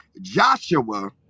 Joshua